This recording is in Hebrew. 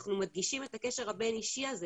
אנחנו מדגישים את הקשר הבין-אישי הזה,